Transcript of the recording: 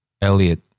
Elliot